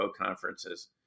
conferences